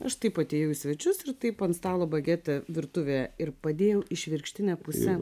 aš taip atėjo į svečius ir taip ant stalo bagete virtuvė ir padėjau išvirkštinę pusę